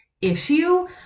issue